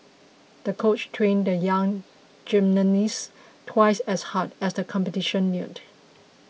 the coach trained the young gymnasts twice as hard as the competition neared